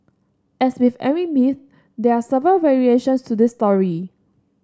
as with every myth there are several variations to this story